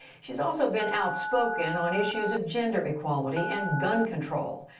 she's also been outspoken on issues of gender equality and gun control.